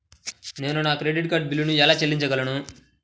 నేను నా credit card బిల్లును ఎలా చెల్లించగలను?